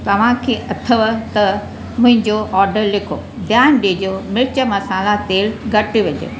तव्हांखे अथव त मुंहिंजो ऑडर लिखो ध्यानु ॾिजो मिर्च मसाला तेल घटि विझे